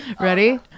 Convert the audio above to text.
Ready